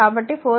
కాబట్టి 4